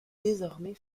désormais